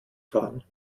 fahren